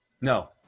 No